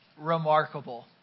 remarkable